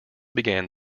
began